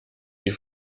die